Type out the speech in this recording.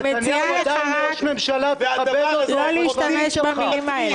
מלכיאלי, אני מציעה לך לא להשתמש במילים האלה.